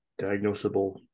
diagnosable